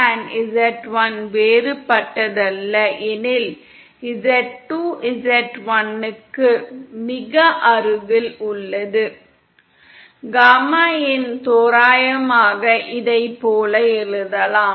Z2 z1 வேறுபட்டதல்ல எனில் z2 z1 க்கு மிக அருகில் உள்ளது காமா இன்ஐ தோராயமாக இதைப் போல எழுதலாம்